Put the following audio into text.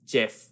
Jeff